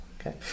Okay